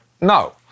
No